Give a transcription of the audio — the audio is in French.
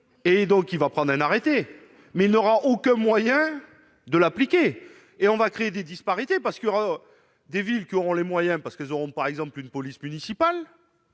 et donc il va prendre un arrêté mais il n'aura aucun moyen de l'appliquer et on va créer des disparités parce qu'il y aura des villes qui auront les moyens parce que seront par exemple une police municipale